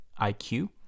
IQ